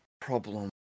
problem